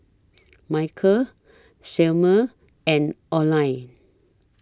Michale Selmer and Oline